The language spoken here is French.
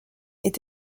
est